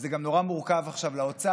וזה גם נורא מורכב עכשיו לאוצר,